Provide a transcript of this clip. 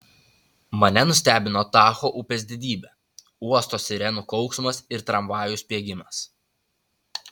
mane nustebino tacho upės didybė uosto sirenų kauksmas ir tramvajų spiegimas